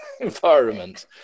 environment